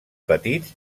petits